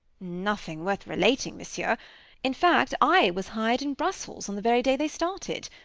nothing worth relating, monsieur in fact, i was hired in brussels, on the very day they started.